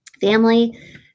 family